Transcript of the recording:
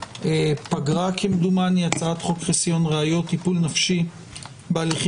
הפגרה כמדומני - הצעת חוק חסיון ראיות (טיפול נפשי בהליכים